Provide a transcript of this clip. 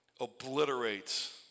obliterates